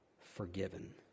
forgiven